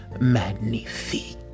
Magnifique